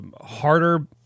Harder